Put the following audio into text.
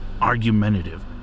Argumentative